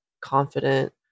Confident